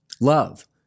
Love